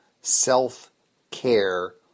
self-care